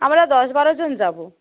আমরা দশ বারোজন যাব